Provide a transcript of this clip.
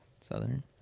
southern